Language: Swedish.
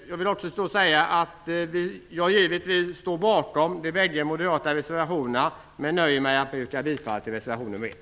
Jag står givetvis bakom moderaternas båda reservationer, men jag nöjer mig med att yrka bifall till reservation nr 1.